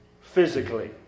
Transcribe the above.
physically